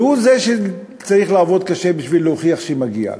והוא שצריך לעבוד קשה כדי להוכיח שמגיע לו.